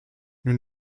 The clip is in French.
nous